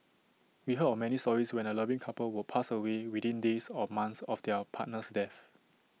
we heard of many stories when A loving couple would pass away within days or months of their partner's death